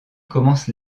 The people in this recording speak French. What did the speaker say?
commence